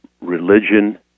Religion